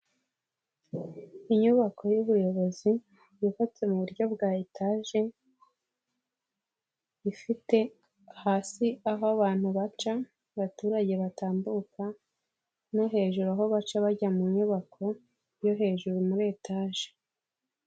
Inyubako y'ubuyobozi yubatse mu buryo bwa etaje ifite hasi aho abantu baca baturage batambuka no hejuru aho baca bajya mu nyubako yo hejuru muri etaje.